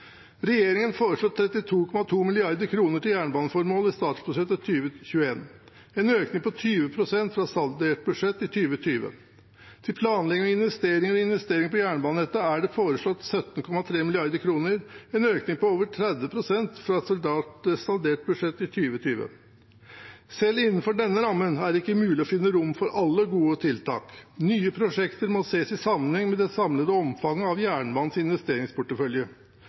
Regjeringen foreslår 32,2 mrd. kr til jernbaneformål i statsbudsjettet for 2021, en økning på 20 pst. fra saldert budsjett i 2020. Til planlegging og investering på jernbanenettet er det foreslått 17,3 mrd. kr, en økning på over 30 pst. fra saldert budsjett i 2020. Selv innenfor denne rammen er det ikke mulig å finne rom for alle gode tiltak. Nye prosjekter må ses i sammenheng med det samlede omfanget av jernbanens investeringsportefølje.